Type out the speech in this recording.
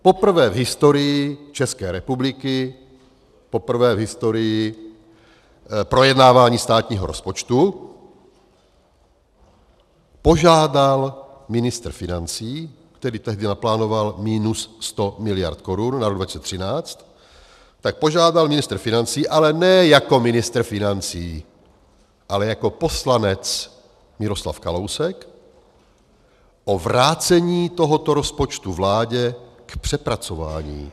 Poprvé v historii České republiky, poprvé v historii projednávání státního rozpočtu požádal ministr financí, který tehdy naplánoval minus 100 miliard korun na rok 2013, tak požádal ministr financí, ale ne jako ministr financí, ale jako poslanec Miroslav Kalousek, o vrácení tohoto rozpočtu vládě k přepracování.